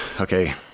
Okay